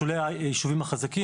בשולי הישובים החזקים.